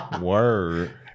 word